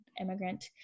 immigrant